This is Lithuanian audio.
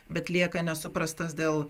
bet lieka nesuprastas dėl